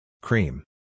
Cream